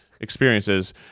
experiences